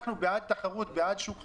אנחנו בעד תחרות, בעד שוק חופשי,